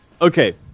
Okay